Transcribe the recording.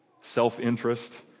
self-interest